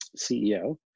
CEO